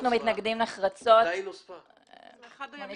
אנחנו עוברים לסעיף 25ז. משרד המשפטים.